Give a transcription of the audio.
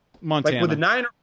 Montana